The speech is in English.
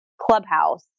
clubhouse